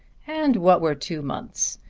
and what were two months?